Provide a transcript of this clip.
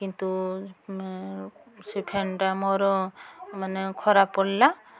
କିନ୍ତୁ ସେ ଫ୍ୟାନ୍ଟା ମୋର ମାନେ ଖରାପ ପଡ଼ିଲା